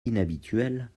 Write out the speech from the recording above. inhabituelle